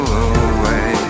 away